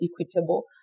equitable